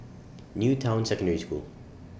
New Town Secondary School